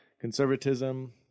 conservatism